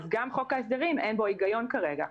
גם בחוק ההסדרים אין היגיון כרגע.